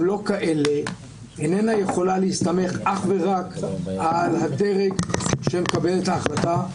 לא כאלה איננה יכולה להסתמך אך ורק על הדרג שמקבל את ההחלטה.